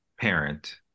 parent